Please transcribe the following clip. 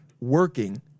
working